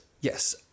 Yes